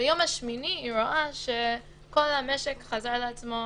ביום השמיני היא רואה שכל המשק חזר לעצמו,